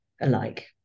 alike